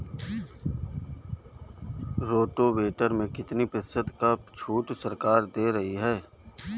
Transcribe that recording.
Rotavator में कितनी प्रतिशत का छूट सरकार दे रही है?